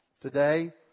today